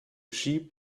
sheep